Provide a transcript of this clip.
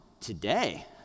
today